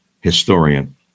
historian